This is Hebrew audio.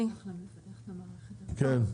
כן.